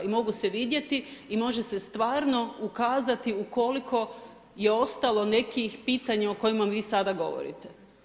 I mogu se vidjeti i može se stvarno ukazati ukoliko je ostalo nekih pitanja o kojima vi sada govorite.